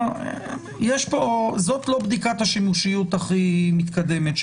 זאת לא בדיקת השימושיות הכי מתקדמת.